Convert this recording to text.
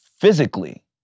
physically